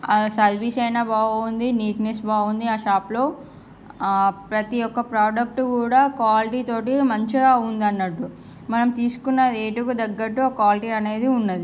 service అయినా బాగుంది neatness బాగుంది ఆ షాపులో ప్రతీ యొక్క ప్రొడక్టు కూడా క్వాలిటీతోటి మంచిగా ఉంది అన్నట్లు మనం తీసుకున్న రేటుకి తగ్గట్టు ఆ క్వాలిటీ అనేది ఉన్నది